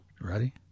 Ready